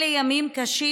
אלה ימים קשים,